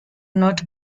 not